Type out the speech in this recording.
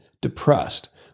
depressed